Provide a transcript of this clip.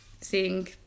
seeing